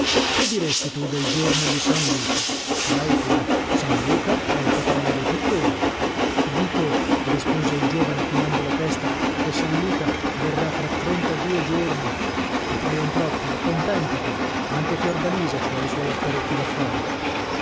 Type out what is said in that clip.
che diresti tu del giorno di san luca sai pure san luca è il patrono dei pittori dico rispose il giovane chinando la testa che san luca verrà fra trentadue giorni ti paion troppi contentati anche fiordalisa ci ha i suoi apparecchi